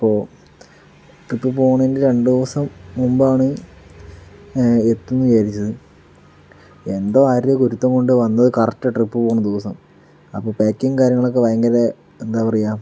അപ്പോൾ ട്രിപ്പ് പോകണമെങ്കിൽ രണ്ട് ദിവസം മുൻപാണ് എത്തും എന്ന് വിചാരിച്ചത് എന്തോ ആരുടെയോ ഗുരുത്വം കൊണ്ടു വന്നത് കറക്റ്റ് ട്രിപ്പ് പോകുന്ന ദിവസം അപ്പോൾ പാക്കിങ്ങ് കാര്യങ്ങളൊക്കെ ഭയങ്കര എന്താ പറയുക